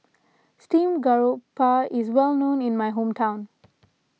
Steamed Garoupa is well known in my hometown